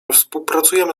współpracujemy